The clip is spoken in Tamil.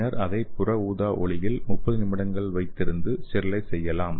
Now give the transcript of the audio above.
பின்னர் அதை புற ஊதா ஒளியின் கீழ் 30 நிமிடங்கள் வைத்து ஸ்டெரிலைஸ் செய்யலாம்